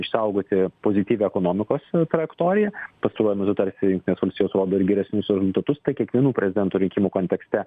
išsaugoti pozityvią ekonomikos trajektoriją pastaruoju metu tarsi jungtinės valstijos rodo ir geresnius rezultatus tai kiekvienų prezidento rinkimų kontekste